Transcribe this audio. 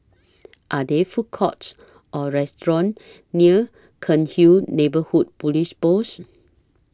Are There Food Courts Or restaurants near Cairnhill Neighbourhood Police Post